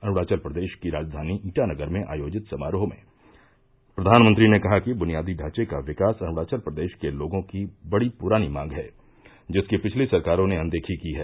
अरूणाचल प्रदेश की राजधानी ईटानगर में आयोजित समारोह में प्रधानमंत्री ने कहा कि बुनियादी ढांचे का विकास अरुणाचल प्रदेश के लोगों की बड़ी पुरानी मांग है जिसकी पिछली सरकारों ने अनदेखी की है